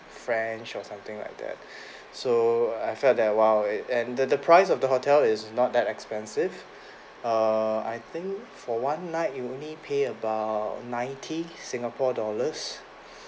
french or something like that so I felt that !wow! it and the the price of the hotel is not that expensive err I think for one night you only pay about ninety singapore dollars